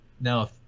now